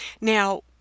Now